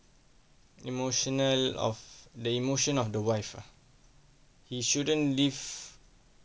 emotional of the emotion of the wife ah he shouldn't leave